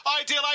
Ideal